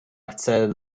chce